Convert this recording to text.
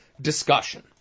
discussion